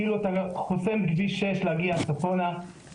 כאילו אתה חוסם את כביש 6 להגיע צפונה לפריפריה.